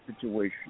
situation